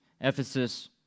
Ephesus